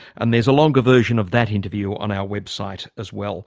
and there's a longer version of that interview on our website as well.